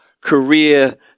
career